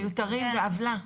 מיותרים ועוולה.